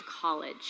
college